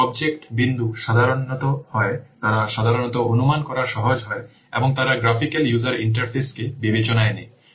এই অবজেক্ট বিন্দু সাধারণত হয় তারা সাধারণত অনুমান করা সহজ হয় এবং তারা গ্রাফিক্যাল ইউজার ইন্টারফেস কে বিবেচনায় নেয়